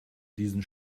diesen